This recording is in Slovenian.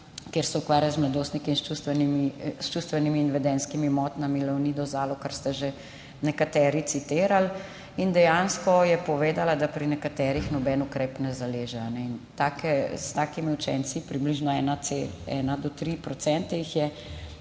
kjer se ukvarjajo z mladostniki s čustvenimi in vedenjskimi motnjami, Leonido Zalokar ste že nekateri citirali. Dejansko je povedala, da pri nekaterih noben ukrep ne zaleže, pri takih učencih, približno od 1 % do 3 % jih je.